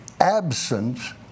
absence